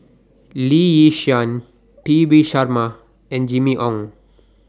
Lee Yi Shyan P V Sharma and Jimmy Ong